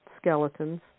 skeletons